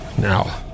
now